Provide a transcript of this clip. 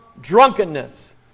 drunkenness